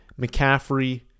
McCaffrey